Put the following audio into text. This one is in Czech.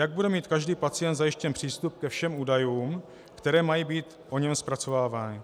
Jak bude mít každý pacient zajištěn přístup ke všem údajům, které mají být o něm zpracovávány?